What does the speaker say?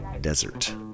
desert